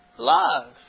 Love